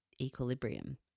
equilibrium